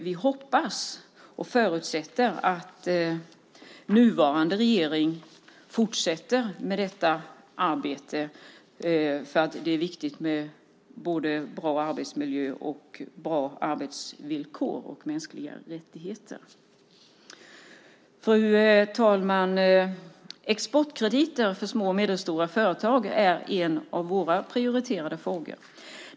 Vi hoppas och förutsätter att nuvarande regering fortsätter med detta arbete. Det är viktigt med både bra arbetsmiljö, bra arbetsvillkor och mänskliga rättigheter. Fru talman! Exportkrediter för små och medelstora företag är en av våra prioriterade frågor.